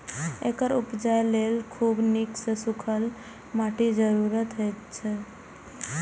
एकरा उपजाबय लेल खूब नीक सं सूखल माटिक जरूरत होइ छै